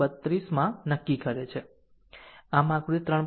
32 માં નક્કી કરે છે આમ આકૃતિ 3